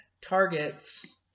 targets